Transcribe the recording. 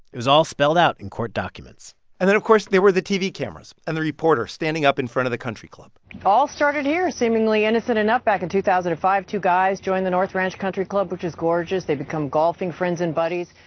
it was all spelled out in court documents and then, of course, there were the tv cameras and the reporters standing up in front of the country club it all started here, seemingly innocent enough. back in two thousand and five, two guys joined the north ranch country club, which is gorgeous. they become golfing friends and buddies.